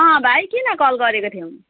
अँ भाइ किन कल गरेको थियौ